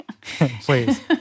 Please